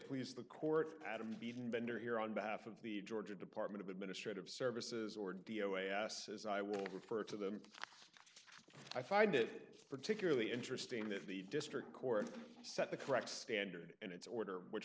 please the court pad i'm beaten bender here on behalf of the georgia department of administrative services or d o s as i will refer to them i find it particularly interesting that the district court set the correct standard and its order which